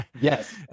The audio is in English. yes